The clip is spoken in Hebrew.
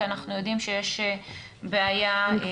כי אנחנו יודעים שיש בעיה גם בזה.